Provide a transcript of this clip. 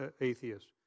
atheists